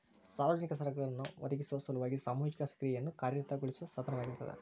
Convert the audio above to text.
ಸಾರ್ವಜನಿಕ ಸರಕುಗಳನ್ನ ಒದಗಿಸೊ ಸಲುವಾಗಿ ಸಾಮೂಹಿಕ ಕ್ರಿಯೆಯನ್ನ ಕಾರ್ಯಗತಗೊಳಿಸೋ ಸಾಧನವಾಗಿರ್ತದ